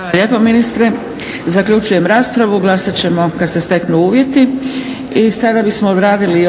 lijepo ministre. Zaključujem raspravu. Glasat ćemo kad se steknu uvjeti.